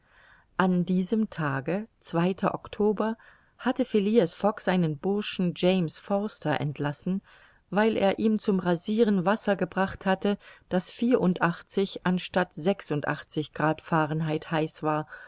an diesem tage hatte phileas fogg seinen burschen james forster entlassen weil er ihm zum rasiren wasser gebracht hatte das vierundachtzig anstatt sechsundachtzig grad fahrenheit heiß war